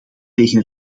tegen